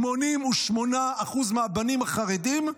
88% מהבנים החילונים